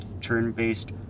turn-based